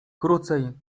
krócej